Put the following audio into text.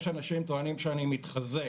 יש אנשים שטוענים שאני מתחזה.